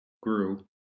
grew